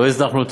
לא הזנחנו אותם,